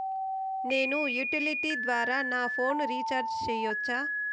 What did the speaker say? నేను యుటిలిటీ ద్వారా నా ఫోను రీచార్జి సేయొచ్చా?